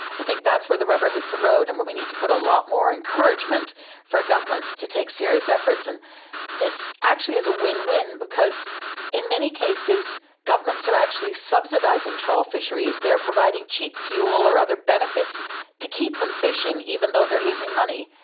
i think that's where the rubber hits the road and where we need to put a lot more encouragement for governments to take serious efforts. and this actually is a win-win because in many cases governments are actually subsidising trawl fisheries, they are providing cheap fuel or other benefits to keep them fishing, even though they are losing money.